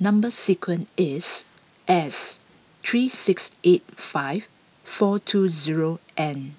number sequence is S three six eight five four two zero N